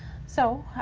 so,